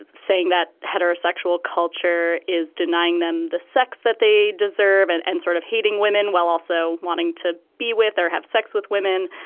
saying that heterosexual culture is denying them the sex that they deserve and and sort of hating women while also wanting to be with or have sex with women.